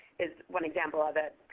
is one example of it.